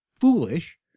foolish